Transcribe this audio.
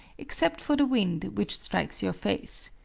except for the wind which strikes your face.